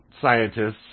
scientists